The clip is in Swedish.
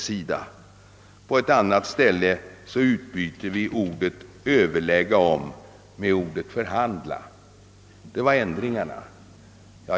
På ett annat ställe utbytte vi ordet »överlägga» mot ordet »förhandla». Det var ändringarna.